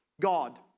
God